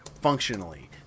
functionally